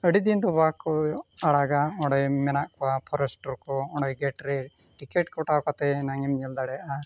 ᱟᱹᱰᱤᱫᱤᱱ ᱫᱚ ᱵᱟᱠᱚ ᱟᱲᱟᱜᱟ ᱚᱸᱰᱮ ᱢᱮᱱᱟᱜ ᱠᱚᱣᱟ ᱯᱷᱚᱨᱮᱥᱴᱚᱨ ᱠᱚ ᱚᱸᱰᱮ ᱜᱮᱹᱴ ᱨᱮ ᱴᱤᱠᱤᱴ ᱠᱟᱴᱟᱣ ᱠᱟᱛᱮᱫ ᱮᱱᱟᱝᱮᱢ ᱧᱮᱞ ᱫᱟᱲᱮᱭᱟᱜᱼᱟ